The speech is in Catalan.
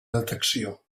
detecció